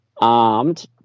armed